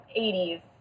80s